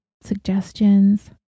suggestions